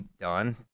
done